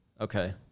Okay